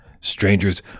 Strangers